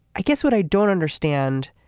i guess what i don't understand.